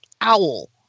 owl